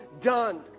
done